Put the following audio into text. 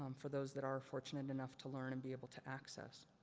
um for those that are fortunate enough to learn and be able to access.